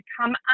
come